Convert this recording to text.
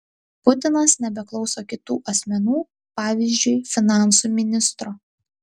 putinas nebeklauso kitų asmenų pavyzdžiui finansų ministro